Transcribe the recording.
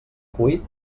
cuit